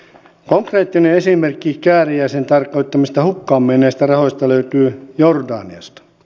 konkreettinen esimerkki kääriäisen tarkoittamista hukkaan menneistä rahoista löytyy jordaniasta